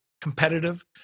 competitive